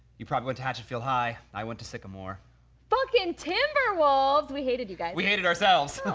you probably went to hachetfield high, i went to sycamore fucking timberwolves! we hated you guys. we hated ourselves!